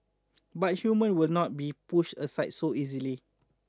but human will not be pushed aside so easily